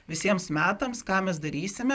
visiems metams ką mes darysime